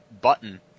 Button